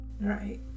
Right